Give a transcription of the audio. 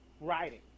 writing